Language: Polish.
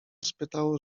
spytał